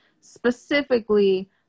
specifically